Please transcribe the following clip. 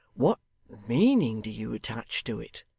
what meaning do you attach to it